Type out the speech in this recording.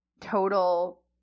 total